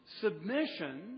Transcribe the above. submission